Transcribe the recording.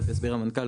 תכף יסביר המנכ"ל,